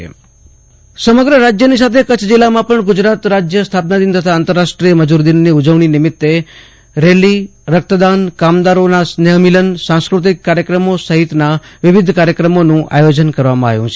આશુતોષ અંતાણી કચ્છ મજુર દિવસ અને ગુજરાત સ્થાપના દિન સમગ્ર રાજ્યની સાથે કચ્છ જીલ્લામાં પણ ગુજરાત રાજ્ય સ્થાપના દિન તથા આંતરરાષ્ટ્રીય મજુર દિનની ઉજવણી નિમિત્તે રેલી રક્તદાન કામદારોના સ્નેહમિલન સંસ્કૃતિક કાર્યક્રમો સહિતના વિવિધ કાર્યક્રમોનું આયોજન કરવામાં આવ્યું છે